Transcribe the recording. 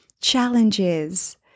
challenges